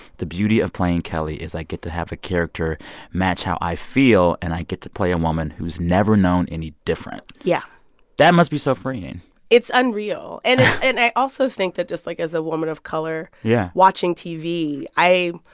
the beauty of playing kelli is i get to have a character match how i feel, and i get to play a woman who's never known any different yeah that must be so freeing it's unreal. and it's. and i also think that just, like, as a woman of color. yeah. watching tv, i i